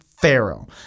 Pharaoh